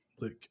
look